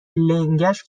لنگش